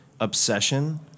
obsession